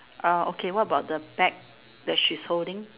ah okay what about the bag that she's holding